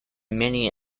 many